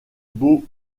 beau